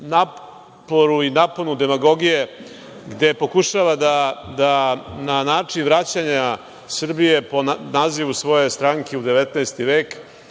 naporu i naponu demagogije gde pokušava da na način vraćanja Srbije po nazivu svoje stranke u 19. vek